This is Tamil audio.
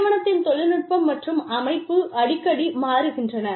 நிறுவனத்தின் தொழில்நுட்பம் மற்றும் அமைப்பு அமைப்பு அடிக்கடி மாறுகின்றன